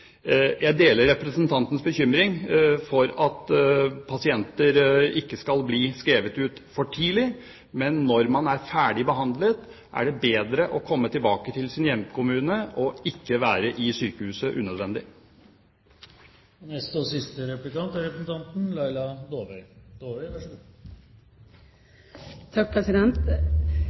Jeg deler representantens bekymring for at pasienter skal bli skrevet ut for tidlig. Men når man er ferdig behandlet, er det bedre å komme tilbake til sin hjemkommune, og ikke være på sykehuset unødvendig. Det er skrevet lite om rehabilitering i stortingsmeldingen, men alle partier har hatt mye fokus på dette i komitéinnstillingen, og det er